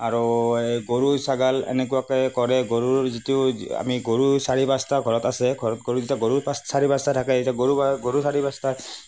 আৰু এই গৰু ছাগলী এনেকুৱাকে কৰে গৰুৰ যিটো আমি গৰু চাৰি পাঁচটা ঘৰত আছে ঘৰত গৰু যেতিয়া গৰু চাৰি পাঁচটা থাকে এতিয়া গৰু আৰু গৰু চাৰি পাঁচটা